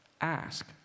Ask